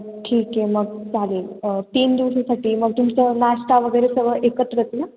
ठीक आहे मग चालेल तीन दिवसासाठी मग तुमचं नाश्ता वगैरे सर्व एकत्रच ना